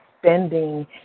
spending